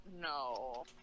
no